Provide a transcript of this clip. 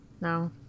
no